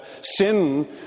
sin